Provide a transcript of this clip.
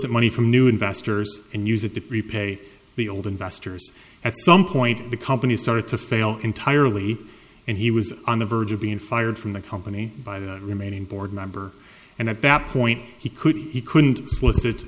t money from new investors and use it to repay the old investors at some point the company started to fail entirely and he was on the verge of being fired from the company by the remaining board member and at that point he couldn't he couldn't